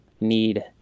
need